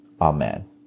Amen